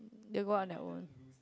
they go on their own